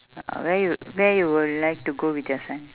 ah where you where you would like to go with your son